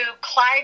Clyde